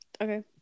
Okay